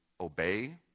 obey